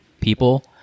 people